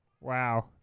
Wow